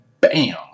bam